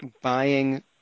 buying